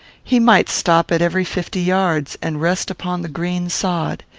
he might stop at every fifty yards, and rest upon the green sod.